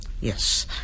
yes